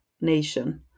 nation